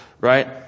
right